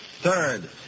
Third